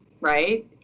right